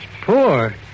Poor